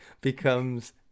becomes